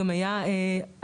גם היה התמריץ,